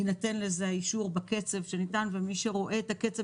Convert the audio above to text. יינתן לזה האישור בקצב שניתן ומי שרואה את קצב